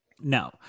No